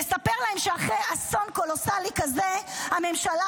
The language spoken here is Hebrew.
נספר להן שאחרי אסון קולוסלי כזה הממשלה